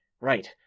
right